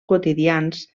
quotidians